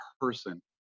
person